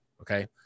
okay